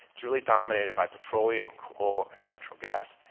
it's really dominated by petroleum, coal and natural gas.